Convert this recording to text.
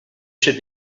should